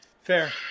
Fair